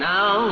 Now